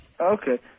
Okay